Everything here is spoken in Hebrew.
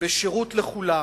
בשירות לכולם,